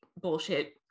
bullshit